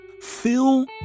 Fill